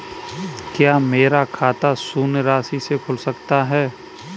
क्या मेरा खाता शून्य राशि से खुल सकता है?